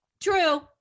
True